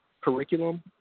curriculum